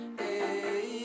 hey